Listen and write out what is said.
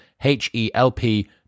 H-E-L-P